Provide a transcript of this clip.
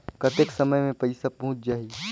कतेक समय मे पइसा पहुंच जाही?